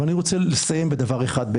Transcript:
אני רוצה לסיים בדבר אחד.